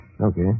Okay